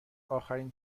آخرین